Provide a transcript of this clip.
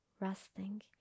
resting